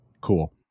cool